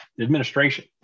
administration